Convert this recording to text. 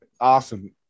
awesome